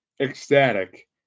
ecstatic